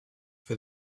for